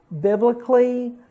biblically